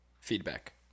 feedback